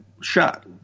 shot